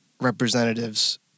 Representatives